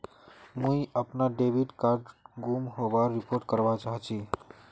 मुई अपना debit card गूम होबार रिपोर्ट करवा चहची